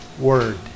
Word